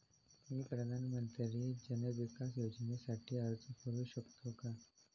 मी प्रधानमंत्री जन विकास योजनेसाठी अर्ज करू शकतो का?